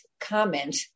comment